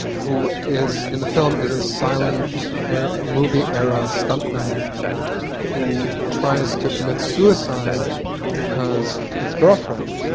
who is in the film is a silent movie era stunt man who tries to commit suicide because his girlfriend,